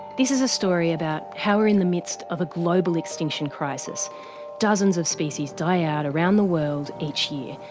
this is a story about how we're in the midst of a global extinction crisis dozens of species die out around the world each year.